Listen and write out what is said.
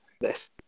Yes